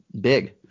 big